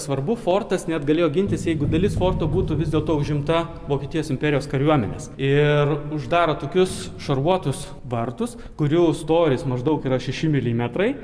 svarbu fortas net galėjo gintis jeigu dalis forto būtų vis dėlto užimta vokietijos imperijos kariuomenės ir uždaro tokius šarvuotus vartus kurių storis maždaug yra šeši milimetrai